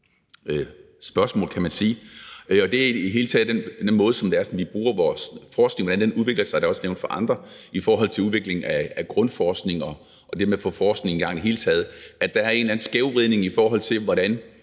spørgsmål, kan man sige, og det er om den måde, vi bruger vores forskning på, og hvordan den udvikler sig. Det er også blevet nævnt af andre, at når det handler om udvikling af grundforskning og det med at få forskning i gang i det hele taget, er der en eller anden skævvridning i forhold til